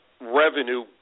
revenue